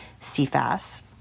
CFAS